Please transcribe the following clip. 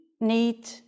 need